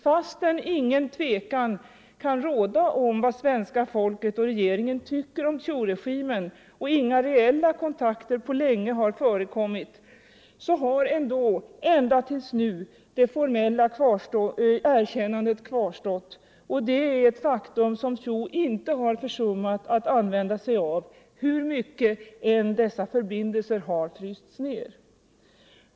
Fastän inget tvivel kan råda om vad svenska folket och regeringen tycker om Thieuregimen och inga reella kontakter på länge har förekommit, har ända till nu det formella erkännandet kvarstått. Det är ett faktum som Thieu inte har försummat att utnyttja, hur mycket dessa förbindelser än har frysts ner.